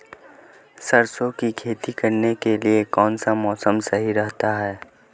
सरसों की खेती करने के लिए कौनसा मौसम सही रहता है?